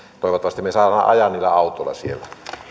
toivottavasti me saamme ajaa niillä autoilla siellä